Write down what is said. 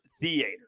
Theater